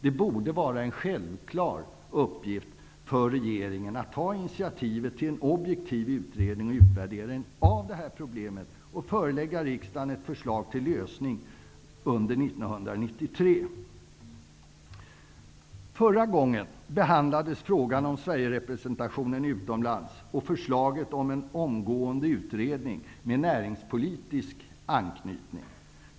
Det borde vara en självklar uppgift för regeringen att ta initiativ till en objektiv utredning och utvärdering av detta problem och att förelägga riksdagen ett förslag till lösning under 1993. Förra gången behandlades frågan om Sverigerepresentationen utomlands och förslaget om en omgående utredning med näringspolitisk anknytning.